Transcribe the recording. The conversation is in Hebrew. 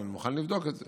אבל אני מוכן לבדוק את זה.